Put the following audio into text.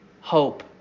hope